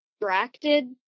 distracted